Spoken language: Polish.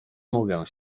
mogę